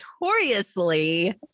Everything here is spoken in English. notoriously